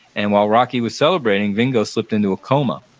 and while rocky was celebrating, vingo slipped into a coma.